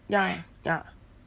ya ya